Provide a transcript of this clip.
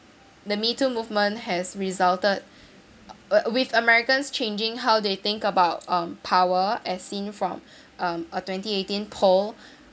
the me too movement has resulted with americans changing how they think about um power as seem from um a twenty eighteen poll